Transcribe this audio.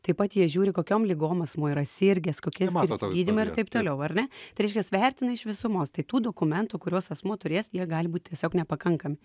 taip pat jie žiūri kokiom ligom asmuo yra sirgęs kokie skirti gydymai ir taip toliau ar ne tai reiškias vertina iš visumos tai tų dokumentų kuriuos asmuo turės jie gali būt tiesiog nepakankami